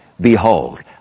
Behold